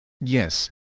Yes